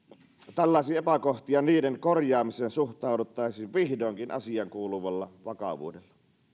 tällaisiin epäkohtiin ja niiden korjaamiseen suhtauduttaisiin vihdoinkin asiaankuuluvalla vakavuudella